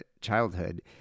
childhood